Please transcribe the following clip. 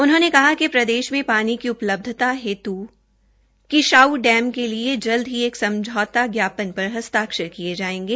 उन्होंने कहा कि प्रदेष में पानी की उपलब्धता हेतु किषाउ बांध के लिए जल्द ही एक मसझौता ज्ञापन पर हस्ताक्षर किए जायेंगे